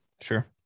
Sure